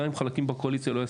גם אם חלקים בקואליציה לא יסכימו.